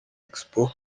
expo